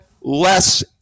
less